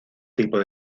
tipos